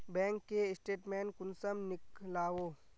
Bank के statement कुंसम नीकलावो?